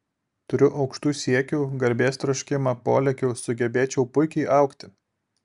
turiu aukštų siekių garbės troškimą polėkių sugebėčiau puikiai augti